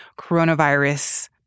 coronavirus